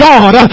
God